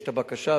יש בקשה,